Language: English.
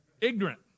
ignorant